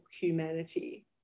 humanity